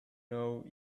know